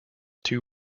two